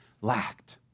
lacked